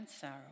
sorrow